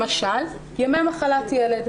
למשל, ימי מחלת ילד.